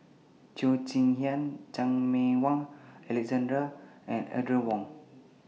Cheo Chin Hiang Chan Meng Wah Alexander and Audrey Wong